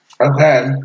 Okay